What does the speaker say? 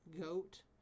goat